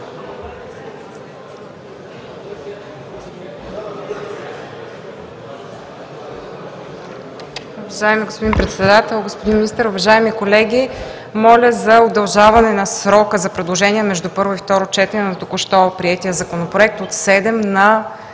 Уважаеми господин Председател, господин Министър! Уважаеми колеги, моля за удължаване на срока за предложения между първо и второ четене на току-що приетия Законопроект от 7 на